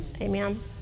Amen